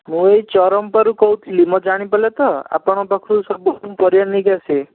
ମୁଁ ଏଇ ଚରମ୍ପାରୁ କହୁଥିଲି ମ ଜାଣିପାରିଲେ ତ ଆପଣଙ୍କ ପାଖରୁ ସବୁଦିନ ପରିବା ନେଇକି ଆସେ